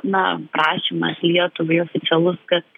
na prašymas lietuvai oficialus kad